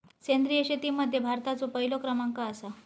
सेंद्रिय शेतीमध्ये भारताचो पहिलो क्रमांक आसा